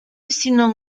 sinon